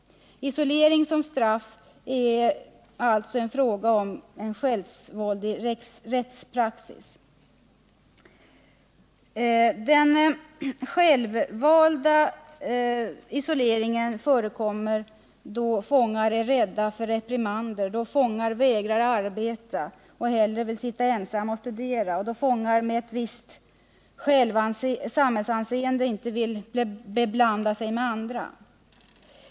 Isolering som straff är alltså en fråga om en självsvåldig praxis. Den självvalda isoleringen förekommer då fångar är rädda för reprimander, då fångar vägrar arbeta och hellre vill sitta ensamma och studera, då fångar med visst samhällsanseende inte vill beblanda sig med andra.